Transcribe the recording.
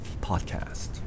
podcast